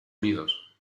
unidos